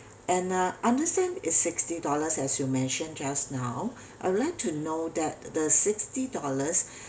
and uh understand is sixty dollars as you mention just now I'll like to know that the sixty dollars